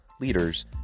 leaders